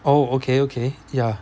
oh okay okay ya